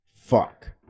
Fuck